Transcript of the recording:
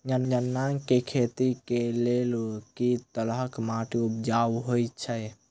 गन्ना केँ खेती केँ लेल केँ तरहक माटि उपजाउ होइ छै?